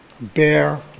bear